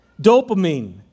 Dopamine